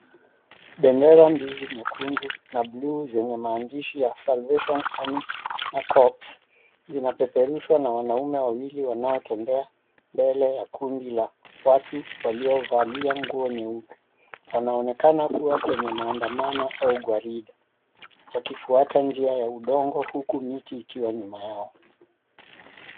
Bendera mbili nyekundu na blu zenye maandishi ya Salvation army na cops zinapeperushwa na wanaume wawili wanaotembea mbele ya kundi la watu waliovalia nguo nyeupe. Wanaonekana Kuwa kwenye maandamano au gwaride wakifuata njia ya udongo huku miti ikiwa nyuma yao.